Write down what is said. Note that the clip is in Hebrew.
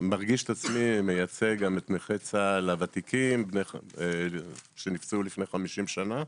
מרגיש את עצמי מייצג גם את נכי צה"ל הוותיקים שנפצעו לפני 50 שנה.